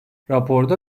raporda